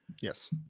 Yes